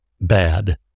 bad